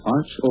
Arch